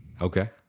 Okay